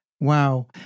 Wow